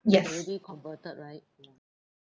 yes